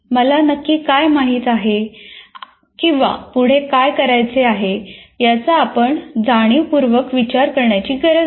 मला नक्की काय माहित आहे किंवा पुढे काय करायचे आहे याचा आपण जाणीवपूर्वक विचार करण्याची गरज नाही